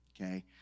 okay